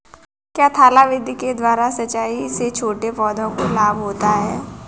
क्या थाला विधि के द्वारा सिंचाई से छोटे पौधों को लाभ होता है?